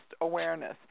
awareness